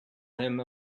him